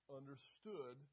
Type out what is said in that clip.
understood